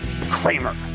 Kramer